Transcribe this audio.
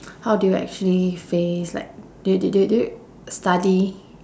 how do you actually face like do do do do you study